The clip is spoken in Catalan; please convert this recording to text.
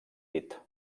dit